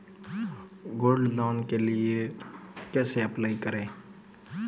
Gold loan के लिए कैसे अप्लाई करें?